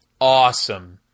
Awesome